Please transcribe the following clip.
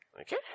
Okay